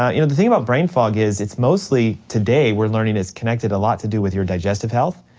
um you know, the thing about brain fog is it's mostly today we're learning it's connected a lot to do with your digestive health,